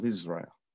Israel